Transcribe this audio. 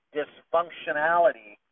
dysfunctionality